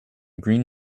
green